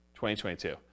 2022